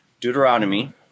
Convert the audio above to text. Deuteronomy